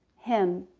him,